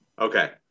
Okay